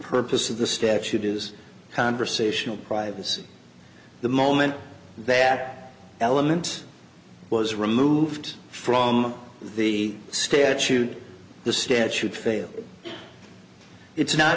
purpose of the statute is conversational privacy the moment that element was removed from the statute the statute failed it's not